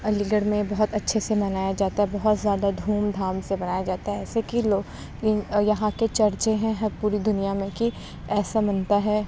علی گڑھ میں بہت اچھے سے منایا جاتا ہے بہت زیادہ دھوم دھام سے منایا جاتا ہے ایسے کہ لوگ ان یہاں کے چرچے ہیں ہر پوری دنیا میں کہ ایسا منتا ہے